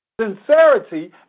Sincerity